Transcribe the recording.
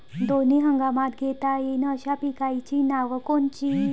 दोनी हंगामात घेता येईन अशा पिकाइची नावं कोनची?